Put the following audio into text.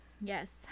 yes